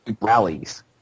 rallies